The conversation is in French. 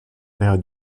période